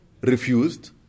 refused